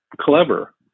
clever